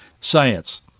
Science